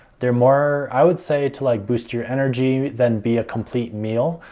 they're more, i would say, to like boost your energy than be a complete meal.